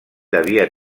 devia